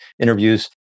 interviews